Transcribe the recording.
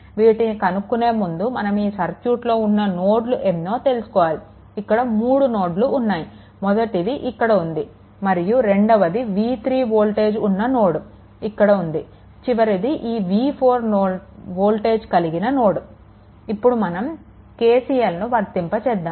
వీటిని కనుక్కునే ముందు మనం ఈ సర్క్యూట్లో ఉన్న నోడ్లు ఎన్నో తెలుసుకోవాలి ఇక్కడ మూడు నోడ్లు ఉన్నాయి మొదటిది ఇక్కడ ఉంది మరియు రెండవది v3 వోల్టేజ్ ఉన్న నోడ్ ఇక్కడ ఉంది చివరిది ఈ v4 వోల్టేజ్ కలిగిన నోడ్ ఇప్పుడు మనం KCLను వర్తింపచేద్దాము